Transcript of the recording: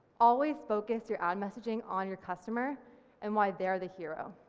always focus your ad messaging on your customer and why they're the hero.